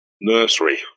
nursery